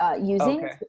Using